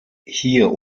hier